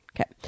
okay